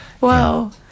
Wow